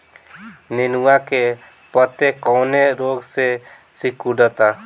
नेनुआ के पत्ते कौने रोग से सिकुड़ता?